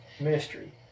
Mystery